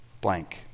blank